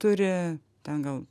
turi ten gal